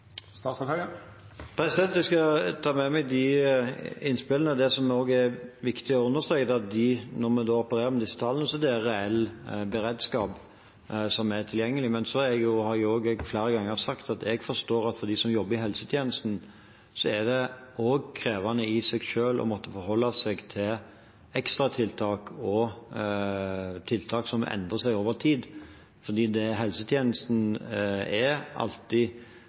Jeg skal ta med meg de innspillene. Noe som også er viktig å understreke, er at når vi opererer med disse tallene, er det reell beredskap som er tilgjengelig. Men jeg har flere ganger sagt at jeg forstår at for dem som jobber i helsetjenesten, er det krevende i seg selv å måtte forholde seg til ekstratiltak og tiltak som endrer seg over tid, for det er alltid mest optimalt for helsetjenesten å forholde seg til planlagte ressurser og de vanlige ressursene som en er